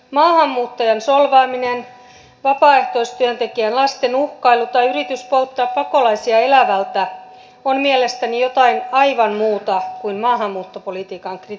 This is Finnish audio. maahanmuuttajan solvaaminen vapaaehtoistyöntekijän lasten uhkailu tai yritys polttaa pakolaisia elävältä on mielestäni jotain aivan muuta kuin maahanmuuttopolitiikan kritiikkiä